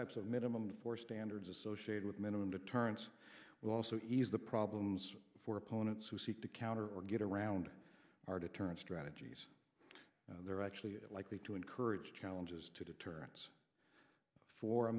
types of minimum force standards associated with minimum deterrence will also ease the problems for opponents who seek to counter or get around our deterrence strategies they're actually likely to encourage challenges to deterrence for a